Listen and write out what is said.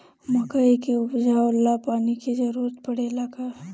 मकई के उपजाव ला पानी के जरूरत परेला का?